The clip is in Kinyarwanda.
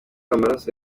amaraso